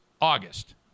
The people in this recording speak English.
august